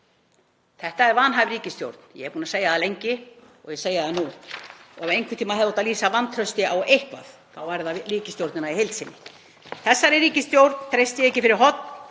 Þetta er vanhæf ríkisstjórn. Ég er búin að segja það lengi og ég segi það nú. Og ef einhvern tíma hefði átt að lýsa vantrausti á eitthvað þá er það á ríkisstjórnina í heild sinni. Þessari ríkisstjórn treysti ég ekki fyrir horn.